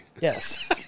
Yes